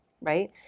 right